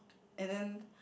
and then